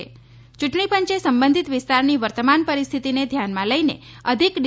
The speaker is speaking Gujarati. યુંટણી પંચે સંબંધીત વિસ્તારની વર્તમાન પરિસ્થિતીને ધ્યાનમાં લઇને અધિક ડી